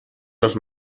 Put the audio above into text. los